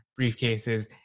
briefcases